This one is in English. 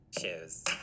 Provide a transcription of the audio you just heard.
Cheers